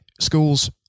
Schools